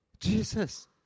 Jesus